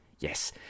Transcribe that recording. Yes